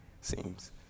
Seems